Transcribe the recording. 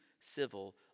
civil